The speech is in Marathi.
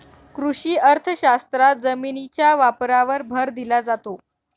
कृषी अर्थशास्त्रात जमिनीच्या वापरावर भर दिला जातो